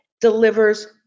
delivers